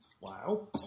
Wow